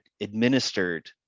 administered